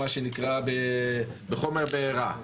מה שנקרא בחומר בערה.